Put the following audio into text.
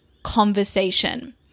conversation